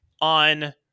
on